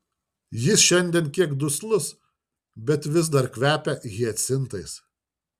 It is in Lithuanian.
jis šiandien kiek duslus bet vis dar kvepia hiacintais